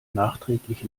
nachträglich